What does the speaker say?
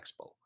Expo